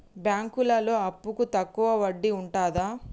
బ్యాంకులలో అప్పుకు తక్కువ వడ్డీ ఉంటదా?